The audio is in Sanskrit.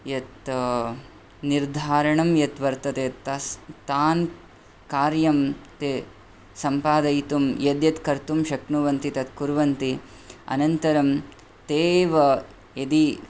यत् निर्धारणं यत् वर्तते तस् तान् कार्यं ते सम्पादयितुं यद्यत् कर्तुं शक्नुवन्ति तत् कुर्वन्ति अनन्तरं ते एव यदि